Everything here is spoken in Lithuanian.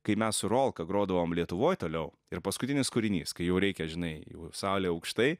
kai mes su rolka grodavom lietuvoj toliau ir paskutinis kūrinys kai jau reikia žinai jau salė aukštai